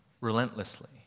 relentlessly